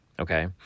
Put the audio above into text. Okay